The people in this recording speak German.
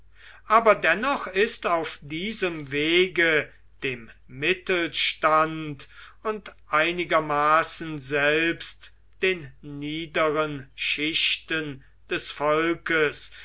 aber dennoch ist auf diesem wege dem mittelstand und einigermaßen selbst den niederen schichten des volkes